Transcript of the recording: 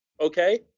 Okay